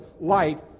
light